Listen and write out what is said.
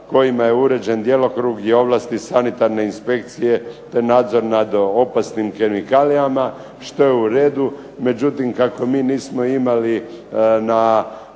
kojima je uređen i ovlasti sanitarne inspekcije, te nadzor nad opasnim kemikalijama što je uredu. Međutim kako mi nismo imali prilike